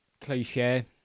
cliche